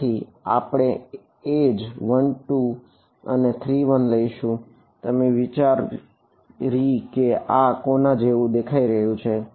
તેથી આપણે એજ 1 2 અને 3 1 લઈશું તમે વિચારી કે આ કોના જેવું દેખાઈ રહ્યું છે